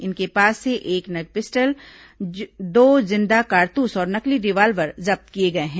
इनके पास से एक नग पिस्टल दो जिंदा कारतूस और नकली रिवाल्वर जब्त किए गए हैं